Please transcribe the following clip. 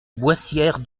boissière